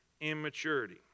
immaturity